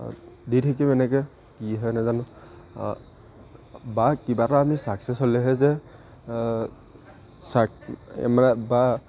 দি থাকিম এনেকৈ কি হয় নেজানো বা কিবা এটা আমি চাকসেছ হ'লেহে যে এই মানে বা